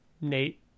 Nate